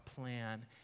plan